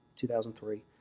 2003